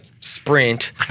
sprint